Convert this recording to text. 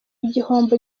igihombo